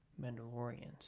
Mandalorians